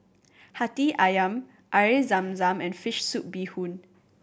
Hati Ayam Air Zam Zam and fish soup bee hoon